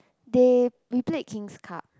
they we played king's cup